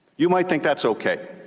you might think that's okay.